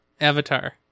avatar